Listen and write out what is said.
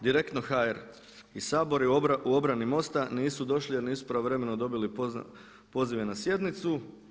Direktno.hr i Sabor je u obrani MOST-a, nisu došli jer nisu pravovremeno dobili pozive na sjednicu.